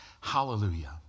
Hallelujah